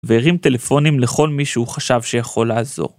והרים טלפונים לכל מי שהוא חשב שיכול לעזור.